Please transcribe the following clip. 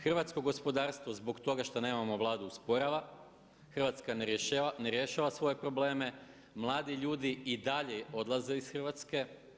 Hrvatsko gospodarstvo zbog toga što nemamo Vladu usporava, Hrvatska ne rješava svoje probleme, mladi ljudi i dalje odlaze iz Hrvatske.